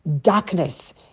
darkness